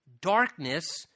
darkness